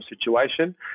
situation